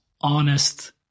honest